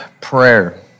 Prayer